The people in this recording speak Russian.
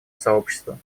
сообщества